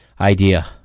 idea